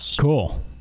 Cool